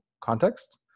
context